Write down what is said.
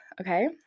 Okay